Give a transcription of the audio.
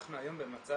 אנחנו היום במצב